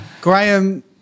Graham